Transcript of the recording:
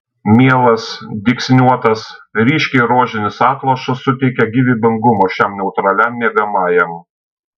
mielas dygsniuotas ryškiai rožinis atlošas suteikia gyvybingumo šiam neutraliam miegamajam